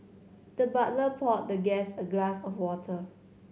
the butler poured the guest a glass of water